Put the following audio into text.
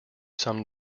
some